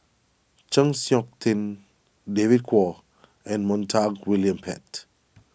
Chng Seok Tin David Kwo and Montague William Pett